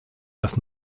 das